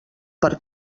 per